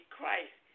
Christ